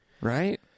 Right